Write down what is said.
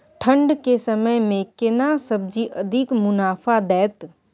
ठंढ के समय मे केना सब्जी अधिक मुनाफा दैत?